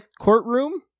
courtroom